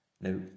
Now